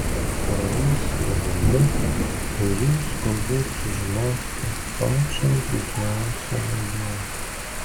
praeis valanda ir jūs galbūt sužinosite pačią džiugiausią naujieną